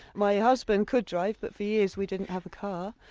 my husband could drive but for years we didn't have a car.